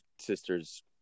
sister's